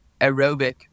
aerobic